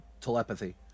telepathy